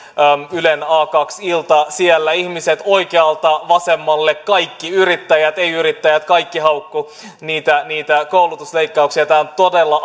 ylen a kaksi ilta siellä ihmiset oikealta vasemmalle kaikki yrittäjät ei yrittäjät kaikki haukkuivat niitä koulutusleikkauksia tämä on todella